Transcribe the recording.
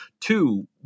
two